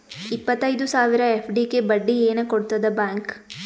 ಇಪ್ಪತ್ತೈದು ಸಾವಿರ ಎಫ್.ಡಿ ಗೆ ಬಡ್ಡಿ ಏನ ಕೊಡತದ ಬ್ಯಾಂಕ್?